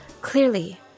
clearly